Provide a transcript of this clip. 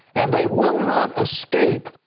and they will not escape.